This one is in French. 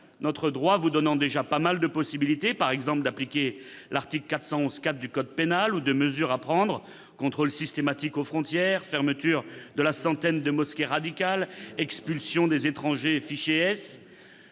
notre droit vous donnant déjà pas mal de possibilités-par exemple appliquer l'article 411-4 du code pénal -, ou de mesures à prendre : contrôles systématiques aux frontières, fermeture de la centaine de mosquées radicales, expulsion des étrangers fichés